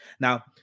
now